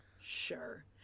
sure